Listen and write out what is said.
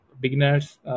beginners